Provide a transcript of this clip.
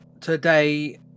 today